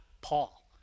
Paul